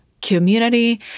community